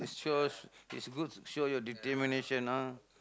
shows it's good show your determination ah